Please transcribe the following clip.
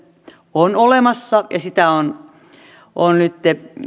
on olemassa ja sitä on on nyt